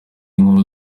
nkuru